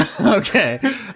Okay